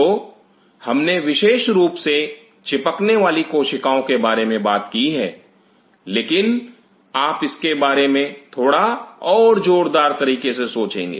तो हमने विशेष रूप से चिपकने वाली कोशिकाओं के बारे में बात की है लेकिन आप इसके बारे में थोड़े जोरदार तरीके से सोचेंगे